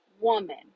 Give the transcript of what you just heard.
woman